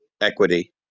equity